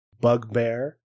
bugbear